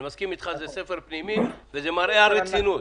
אני מסכים אתך, זה ספר פנימי, וזה מראה על רצינות.